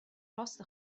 راست